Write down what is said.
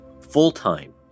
full-time